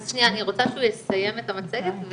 אני רוצה שהוא יסיים את המצגת,